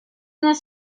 this